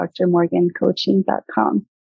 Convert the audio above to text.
drmorgancoaching.com